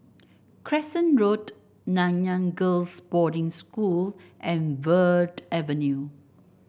Crescent Road Nanyang Girls' Boarding School and Verde Avenue